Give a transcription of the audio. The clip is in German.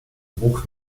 bruch